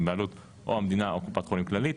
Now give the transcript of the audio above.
הוא בבעלות המדינה או קופת חולים כללית,